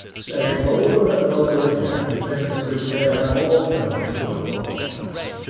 saying over and over again things which they had all known for a long time.